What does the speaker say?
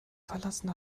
verlassen